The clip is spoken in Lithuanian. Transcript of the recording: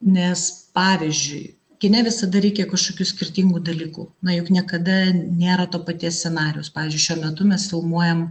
nes pavyzdžiui kine visada reikia kažkokių skirtingų dalykų na juk niekada nėra to paties scenarijaus pavyzdžiui šiuo metu mes filmuojam